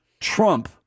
Trump